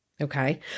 Okay